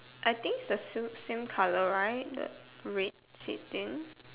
I think it's the sam~ same colour right the red same thing